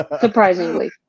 Surprisingly